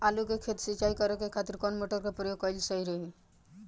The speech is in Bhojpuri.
आलू के खेत सिंचाई करे के खातिर कौन मोटर के प्रयोग कएल सही होई?